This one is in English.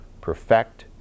perfect